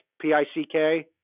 P-I-C-K